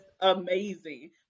amazing